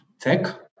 tech